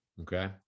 Okay